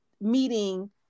meeting